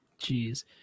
Jeez